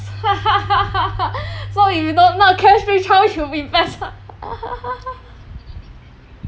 so you not not cash which house you invest